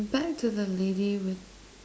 back to the lady with